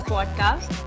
Podcast